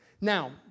Now